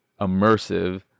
immersive